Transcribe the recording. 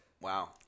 Wow